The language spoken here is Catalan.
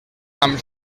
amb